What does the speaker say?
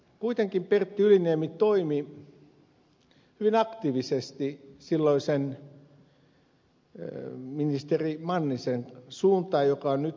kuitenkin pertti yliniemi toimi hyvin aktiivisesti silloisen ministeri mannisen suuntaan joka nyt on paikalla